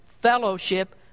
fellowship